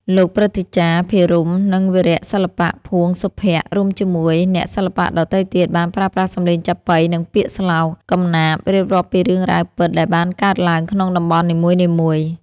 លោកព្រឹទ្ធាចារ្យ ភិរម្យ និងវីរៈសិល្បៈ ភួង សុភ័ក្ត្រ រួមជាមួយអ្នកសិល្បៈដទៃទៀត បានប្រើប្រាស់សម្លេងចាប៉ី និងពាក្យស្លោក កំណាព្យ រៀបរាប់ពីរឿងរ៉ាវពិតដែលបានកើតឡើងក្នុងតំបន់នីមួយៗ។